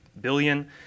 billion